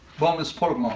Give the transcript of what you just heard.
boneless pork